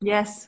Yes